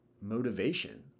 motivation